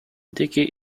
dickey